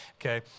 okay